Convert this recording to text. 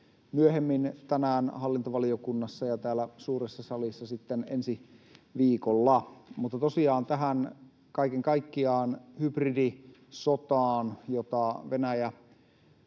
myöhemmin tänään hallintovaliokunnassa ja täällä suuressa salissa sitten ensi viikolla. Kaiken kaikkiaan tähän hybridisotaan, jota Venäjä